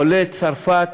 עולי צרפת,